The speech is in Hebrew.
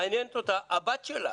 מעניין אותה הבת שלה.